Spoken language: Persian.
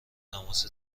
تماس